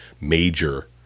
major